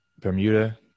Bermuda